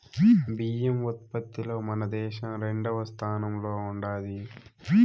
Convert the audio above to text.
బియ్యం ఉత్పత్తిలో మన దేశం రెండవ స్థానంలో ఉండాది